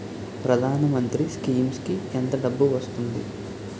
ప్రధాన మంత్రి స్కీమ్స్ కీ ఎంత డబ్బు వస్తుంది?